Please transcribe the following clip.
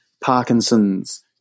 parkinson's